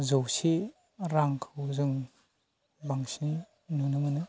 जौसे रांखौ जों बांसिन नुनो मोनो